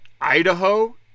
Idaho